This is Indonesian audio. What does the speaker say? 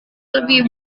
lebih